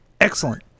Excellent